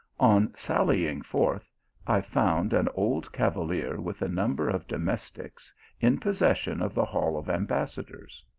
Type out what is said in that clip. on sall ing forth i found an old cavalier with a number of domestics in possession of the hall of ambassadors.